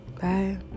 Bye